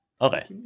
Okay